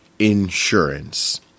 insurance